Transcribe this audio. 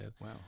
Wow